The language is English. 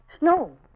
No